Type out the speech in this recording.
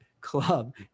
club